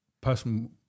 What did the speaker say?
person